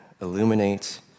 illuminate